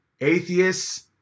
atheists